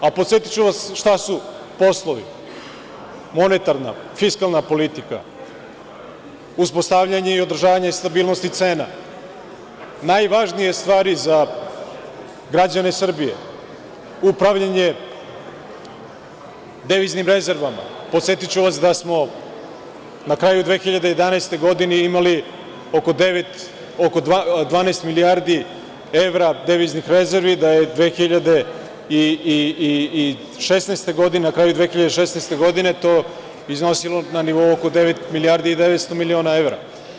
A podsetiću vas šta su poslovi: monetarna, fiskalna politika, uspostavljanje i održavanje stabilnosti cena, najvažnije stvari za građane Srbije, upravljanje deviznim rezervama, podsetiću vas da smo na kraju 2011. godine imali oko 12 milijardi evra deviznih rezervi, da je na kraju 2016. godine to iznosilo na nivou oko devet milijardi i 900 miliona evra.